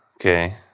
okay